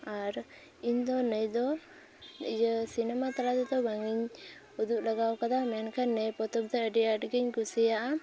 ᱟᱨ ᱤᱧ ᱫᱚ ᱞᱟᱹᱭ ᱫᱚ ᱤᱭᱟᱹ ᱥᱤᱱᱮᱢᱟ ᱛᱟᱞᱟᱛᱮᱫᱚ ᱵᱟᱝ ᱤᱧ ᱩᱫᱩᱜ ᱞᱟᱜᱟᱣ ᱟᱠᱟᱫᱟ ᱢᱮᱱᱠᱷᱟᱱ ᱱᱤᱭᱟᱹ ᱯᱚᱛᱚᱵ ᱫᱚ ᱟ ᱰᱤ ᱟᱸᱴ ᱜᱮᱧ ᱠᱩᱥᱤᱭᱟᱜᱼᱟ